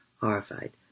horrified